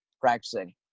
practicing